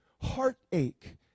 heartache